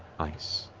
ice,